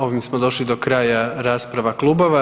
Ovim smo došli do kraja rasprava klubova.